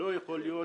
לא יכול להיות